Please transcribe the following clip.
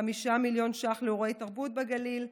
5 מיליון ש"ח לאירועי תרבות בגליל,